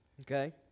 Okay